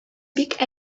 бик